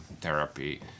therapy